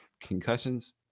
concussions